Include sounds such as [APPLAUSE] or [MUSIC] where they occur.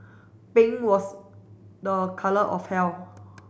pink was the colour of [UNINTELLIGIBLE]